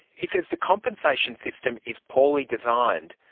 he says the compensation system is poorly designed,